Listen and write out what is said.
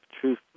truth